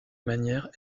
manière